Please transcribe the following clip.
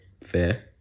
Fair